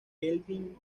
kelvin